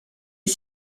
est